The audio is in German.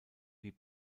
wie